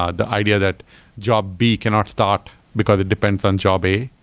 ah the idea that job b cannot start because it depends on job a,